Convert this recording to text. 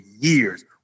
years